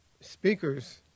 speakers